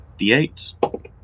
D8